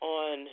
on